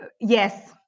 yes